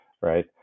right